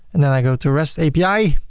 and then i go to rest api.